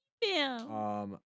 Bam